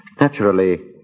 Naturally